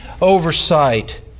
oversight